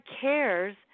CARES